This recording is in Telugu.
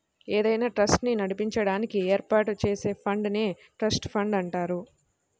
ఏదైనా ట్రస్ట్ ని నడిపించడానికి ఏర్పాటు చేసే ఫండ్ నే ట్రస్ట్ ఫండ్ అంటారు